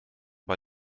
bei